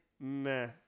Meh